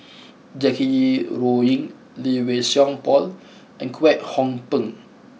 Jackie Yi Wu Ying Lee Wei Song Paul and Kwek Hong Png